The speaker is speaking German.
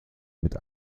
mit